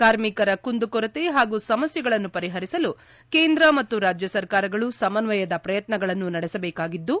ಕಾರ್ಮಿಕರ ಕುಂದು ಕೊರತೆ ಹಾಗೂ ಸಮಸ್ಥೆಗಳನ್ನು ಪರಿಹರಿಸಲು ಕೇಂದ್ರ ಮತ್ತು ರಾಜ್ಯ ಸರ್ಕಾರಗಳು ಸಮನ್ವಯದ ಪ್ರಯತ್ನಗಳನ್ನು ನಡೆಸಬೇಕಾಗಿದ್ದು